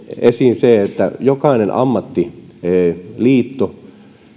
esiin se että jokainen ammattiliitto